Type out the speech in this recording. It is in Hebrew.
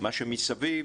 ומה שמסביב.